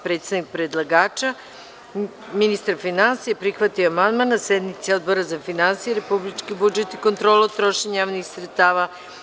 Predstavnik predlagača, ministar finansija, prihvatio je amandman na sednici Odbora za finansije, republički budžet i kontrolu trošenja javnih sredstava.